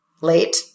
late